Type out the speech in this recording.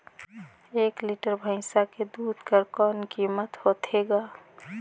एक लीटर भैंसा के दूध कर कौन कीमत होथे ग?